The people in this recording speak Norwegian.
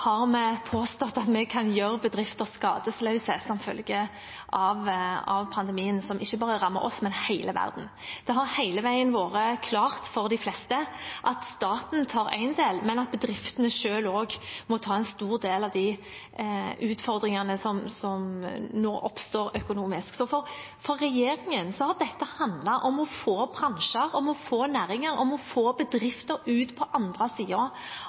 har vi påstått at vi kan gjøre bedrifter skadesløse som følge av pandemien, som ikke bare rammer oss, men hele verden. Det har hele veien vært klart for de fleste at staten tar én del, men at bedriftene selv også må ta en stor del av de utfordringene som nå oppstår økonomisk. For regjeringen har dette handlet om å få bransjer, næringer og bedrifter ut på den andre